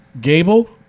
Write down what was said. Gable